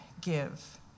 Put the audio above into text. give